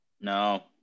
No